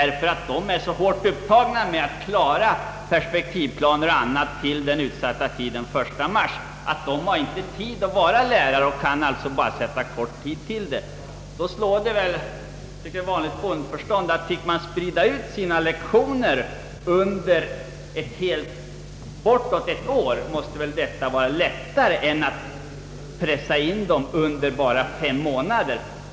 Myndigheterna är hårt upptagna med att klara av främst perspektivplanerna till den 1 mars, så de har mycket svårt att vara lärare. Med bara vanligt bondförstånd slår det en att det väl skulle vara lättare om man fick sprida ut sina lektioner under ett helt år än att pressa in dem under bara fem månader.